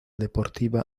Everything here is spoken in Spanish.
deportiva